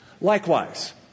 Likewise